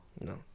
No